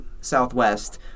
Southwest